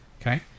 Okay